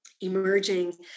emerging